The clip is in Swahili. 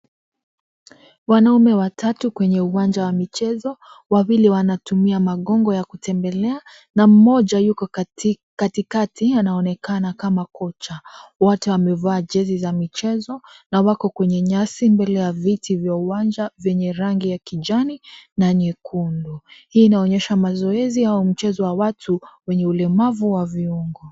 Wanaume watatu kwenye uwanja wa michezo wawili wanatumia magongo ya kutembea na mmoja yuko katikati anaonekana kama kocha wote wamevaa jezi za michezo na wako kwenye nyasi mbele ya viti vya uwanja vyenye rangi ya kijani na nyekundu , hii inaonyesha mazoezi au mchezo wa watu wenye ulemavu wa viungo.